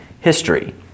history